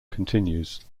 continues